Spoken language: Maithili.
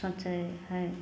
सोचै हइ